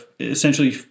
essentially